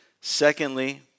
Secondly